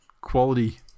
quality